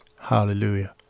hallelujah